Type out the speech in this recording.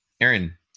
Aaron